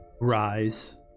rise